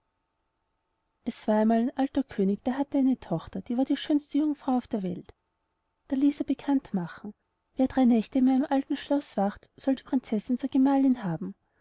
es war einmal ein alter könig der hatte eine tochter die war die schönste jungfrau auf der welt da ließ er bekannt machen wer drei nächte in meinem alten schloß wächt soll die prinzessin zur gemahlin haben